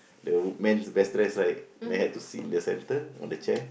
the man best dress right then have to sit in the center on the chair